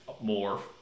more